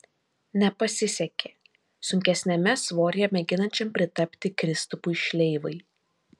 nepasisekė sunkesniame svoryje mėginančiam pritapti kristupui šleivai